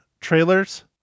trailers